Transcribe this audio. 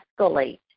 escalate